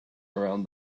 around